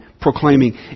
proclaiming